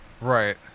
Right